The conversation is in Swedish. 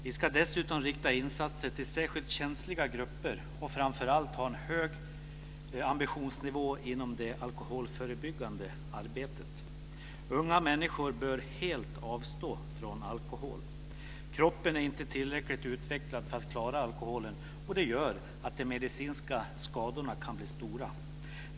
Vi ska dessutom rikta insatser till särskilt känsliga grupper och framför allt ha en hög ambitionsnivå inom det alkoholförebyggande arbetet. Unga människor bör helt avstå från alkohol. Kroppen är inte tillräckligt utvecklad för att klara alkoholen, och det gör att de medicinska skadorna kan bli stora.